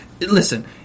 Listen